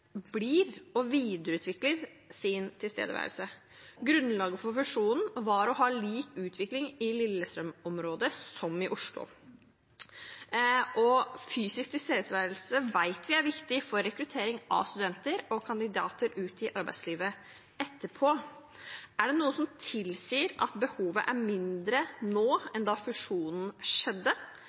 blir og videreutvikler sin tilstedeværelse. Grunnlaget for fusjonen var å ha lik utvikling i Lillestrøm-området og i Oslo. Fysisk tilstedeværelse vet vi er viktig for rekruttering av studenter og kandidater ut i arbeidslivet etterpå. Er det noe som tilsier at behovet er mindre nå enn da fusjonen skjedde?